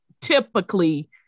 typically